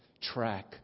track